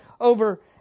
over